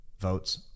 votes